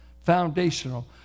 foundational